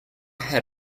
had